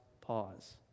pause